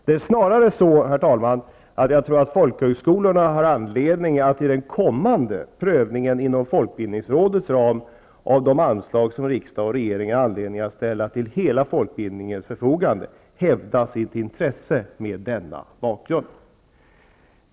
Det är snarare så, herr talman, att jag tror att folkhögskolorna i den kommande prövningen inom folkbildningsrådets ram av de anslag som riksdag och regering har anledning att ställa till hela folkbildningens förfogande har anledning att hävda sitt intresse mot denna bakgrund.